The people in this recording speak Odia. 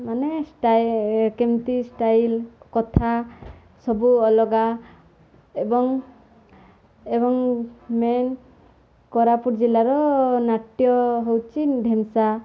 ମାନେ ଷ୍ଟା କେମିତି ଷ୍ଟାଇଲ୍ କଥା ସବୁ ଅଲଗା ଏବଂ ଏବଂ ମେନ୍ କୋରାପୁଟ ଜିଲ୍ଲାର ନାଟ୍ୟ ହେଉଛି ଢେମ୍ସା